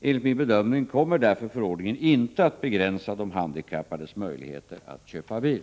Enligt min bedömning kommer därför förordningen inte att begränsa de handikappades möjligheter att köpa bil.